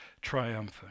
triumphant